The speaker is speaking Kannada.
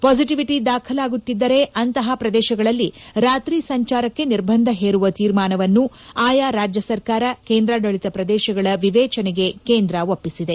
ಪಾಸಿಟಿವಿಟಿ ದಾಖಲಾಗುತ್ತಿದ್ದರೆ ಅಂತಹ ಪ್ರದೇಶಗಳಲ್ಲಿ ರಾತ್ರಿ ಸಂಚಾರಕ್ಕೆ ನಿರ್ಬಂಧ ಹೇರುವ ತೀರ್ಮಾನವನ್ನು ಆಯಾ ರಾಜ್ಯ ಸರಕಾರಕೇಂದ್ರಾಡಳಿತ ಪ್ರದೇಶಗಳ ವಿವೇಚನೆಗೆ ಕೇಂದ್ರ ಒಪ್ಪಿಸಿದೆ